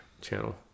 channel